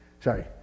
Sorry